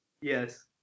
Yes